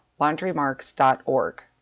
LaundryMarks.org